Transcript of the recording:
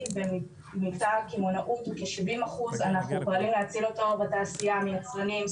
קמעונאות אנחנו פועלים להציל אותו בתעשייה מיצרנים,